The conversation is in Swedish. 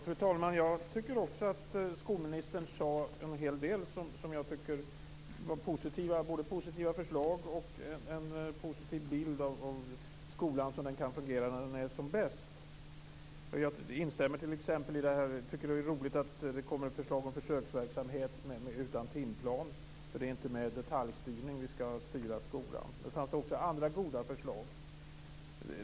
Fru talman! Jag tycker också att skolministern sade en hel del positivt. Det var både positiva förslag och en positiv bild av skolan som den kan fungera när den är som bäst. Jag tycker t.ex. att det är roligt att det kommer förslag om försöksverksamhet utan timplan. Det är inte med detaljstyrning vi skall styra skolan. Det fanns också andra goda förslag.